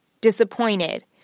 disappointed